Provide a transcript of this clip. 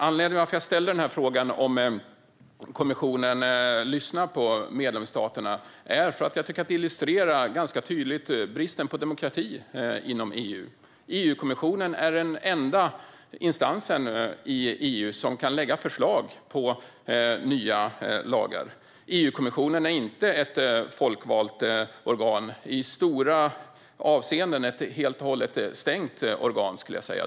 Anledningen till att jag ställde frågan om kommissionen lyssnar på medlemsstaterna är att jag tycker att det ganska tydligt illustrerar bristen på demokrati inom EU. EU-kommissionen är den enda instansen i EU som kan lägga fram förslag på nya lagar. EU-kommissionen är inte ett folkvalt organ utan ett i stora delar helt och hållet stängt organ.